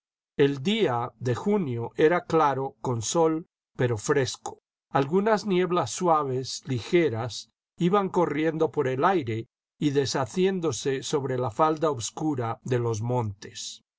el día de junio era claro con sol pero fresco algunas nieblas suaves ligeras iban corriendo por el aire y deshaciéndose sobre la falda obscura de los montes